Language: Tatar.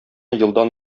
елдан